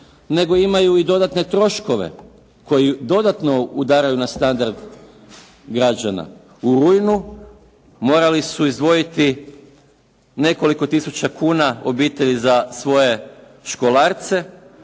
nego imaju i dodatne troškove koji dodatno udaraju na standard građana. U rujnu su morali izdvojiti nekoliko tisuća kuna obitelji za svoje školarce,